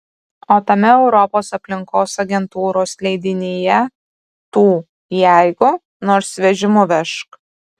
o tame europos aplinkos agentūros leidinyje tų jeigu nors vežimu vežk